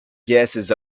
gases